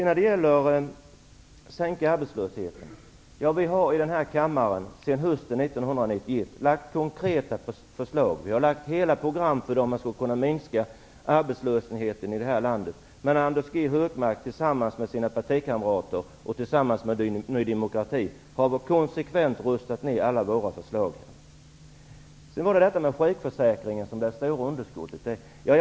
När det gäller att sänka arbetslösheten har vi sedan hösten 1991 lagt fram konkreta förslag och presenterat flera program för hur man skall kunna minska arbetslösheten i det här landet. Men Anders G Högmark har tillsammans med sina partikamrater och tillsammans med Ny demokrati konsekvent röstat ned alla våra förslag. Så till det stora underskottet i sjukförsäkringen.